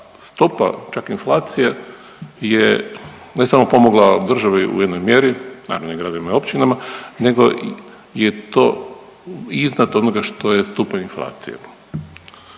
stopa čak inflacije je ne samo pomogla državi u jednoj mjeri, naravno i gradovima i općinama, nego je to iznad onoga što je stupanj inflacije.